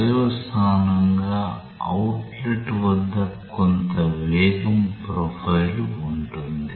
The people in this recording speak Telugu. పర్యవసానంగా అవుట్లెట్ వద్ద కొంత వేగం ప్రొఫైల్ ఉంటుంది